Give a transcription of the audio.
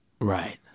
Right